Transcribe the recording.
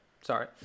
sorry